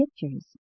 pictures